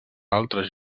altres